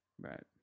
Right